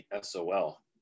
sol